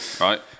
right